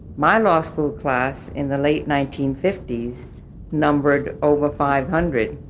my law school class in the late nineteen fifty numbered over five hundred.